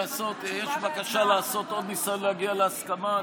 יש בקשה לעשות עוד ניסיון להגיע להסכמה.